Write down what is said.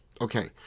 Okay